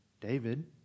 David